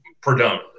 predominantly